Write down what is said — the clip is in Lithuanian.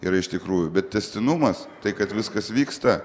yra iš tikrųjų bet tęstinumas tai kad viskas vyksta